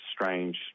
strange